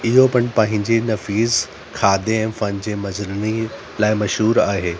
इहो पिणि पंहिंजे नफ़ीस खाधे ऐं फन जे मंज़रनि लाइ मशहूरु आहे